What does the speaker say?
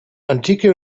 antike